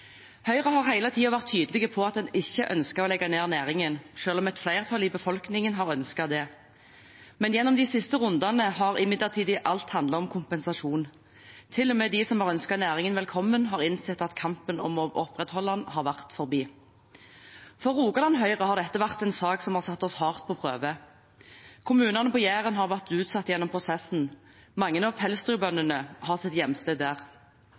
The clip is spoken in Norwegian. Høyre har hele tiden vært tydelig på at en ikke ønsket å legge ned næringen, selv om et flertall i befolkningen har ønsket det. Gjennom de siste rundene har imidlertid alt handlet om kompensasjon. Til og med de som har ønsket næringen velkommen, har innsett at kampen om å opprettholde den har vært forbi. For Rogaland Høyre har dette vært en sak som har satt oss på en hard prøve. Kommunene på Jæren har vært utsatt gjennom prosessen. Mange av pelsdyrbøndene har sitt hjemsted der.